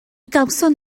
gawson